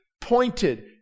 pointed